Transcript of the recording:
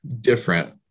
different